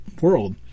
world